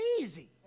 easy